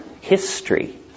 history